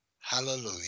Hallelujah